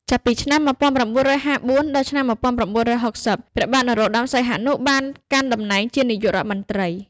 ចាប់ពីឆ្នាំ ១៩៥៤ ដល់ឆ្នាំ ១៩៦០ ព្រះបាទ នរោត្តម សីហនុ បានកាន់តំណែងជានាយករដ្ឋមន្ត្រី។